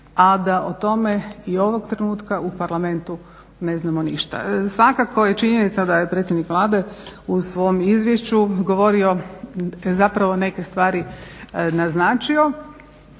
a da o tome i ovog trenutka u Parlamentu ne znamo ništa. Svakako je činjenica da je predsjednik Vlade u svom izvješću govorio zapravo neke stvari naznačio